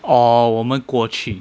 or 我们过去